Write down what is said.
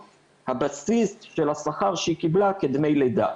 הבסיס של השכר שהיא קיבלה כדמי לידה,